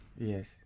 Yes